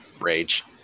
rage